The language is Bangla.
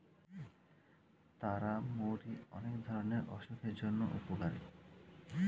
তারা মৌরি অনেক ধরণের অসুখের জন্য উপকারী